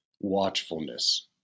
watchfulness